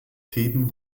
theben